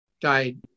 died